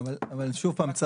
רק